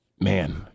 Man